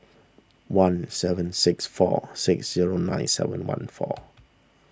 one seven six four six zero nine seven one four